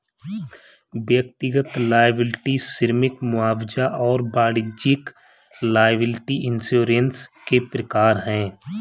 व्यक्तिगत लॉयबिलटी श्रमिक मुआवजा और वाणिज्यिक लॉयबिलटी इंश्योरेंस के प्रकार हैं